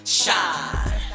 shine